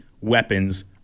weapons